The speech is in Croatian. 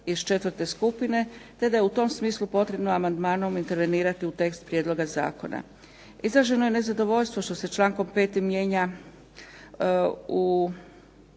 iz 4. skupine, te da je u tom smislu potrebno amandmanom intervenirati u tekst prijedloga zakona. Izraženo je nezadovoljstvo što se člankom 5. mijenja u